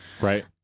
Right